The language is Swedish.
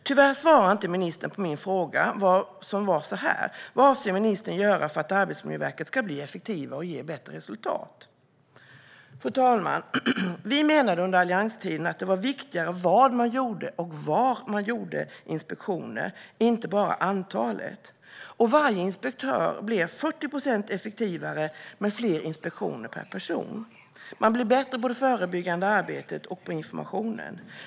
Tyvärr svarar inte ministern på min fråga, som var vad ministern avser att göra för att Arbetsmiljöverket ska bli effektivare och ge bättre resultat. Fru talman! Under allianstiden menade vi att det viktiga var vad man gjorde och var man gjorde det, inte bara antalet inspektioner. Varje inspektör blev 40 procent effektivare med fler inspektioner per person. Man blev bättre på förebyggande arbete och information.